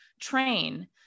train